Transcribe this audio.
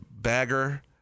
bagger